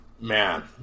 man